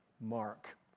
Mark